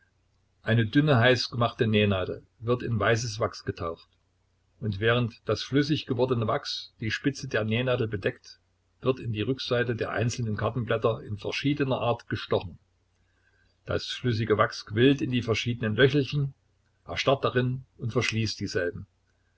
eine dünne heißgemachte nähnadel wird in weißes wachs getaucht und während das flüssig gewordene wachs die spitze der nähnadel bedeckt wird in die rückseite der einzelnen kartenblätter in verschiedener art gestochen das flüssige wachs quillt in die verschiedenen löchelchen erstarrt darin und verschließt dieselben